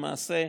למעשה,